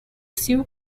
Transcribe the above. still